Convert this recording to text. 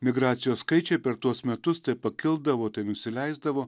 migracijos skaičiai per tuos metus tai pakildavo tai nusileisdavo